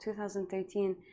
2013